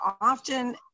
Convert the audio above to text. often